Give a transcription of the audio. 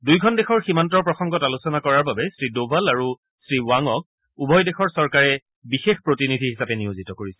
দুয়োখন দেশৰ সীমান্তৰ প্ৰসংগত আলোচনা কৰাৰ বাবে শ্ৰীদোভাল আৰু শ্ৰীৱাঙক উভয় দেশৰ চৰকাৰে বিশেষ প্ৰতিনিধি হিচাপে নিয়োজিত কৰিছে